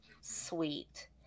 Sweet